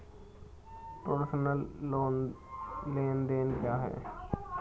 प्रेषण लेनदेन क्या है?